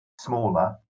smaller